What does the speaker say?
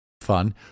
fun